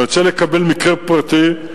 אני רוצה לקבל מקרה פרטי,